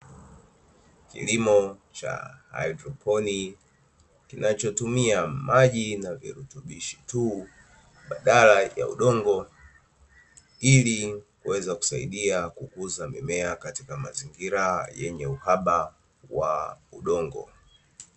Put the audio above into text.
Kilimo cha haidroponi kinachotumia maji na virutubisho tu badala ya udongo. Ili kuweza kusaidia kukuza mimea katika mazingira yenye uhaba wa udongo.